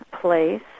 place